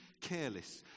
careless